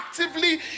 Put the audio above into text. actively